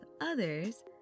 others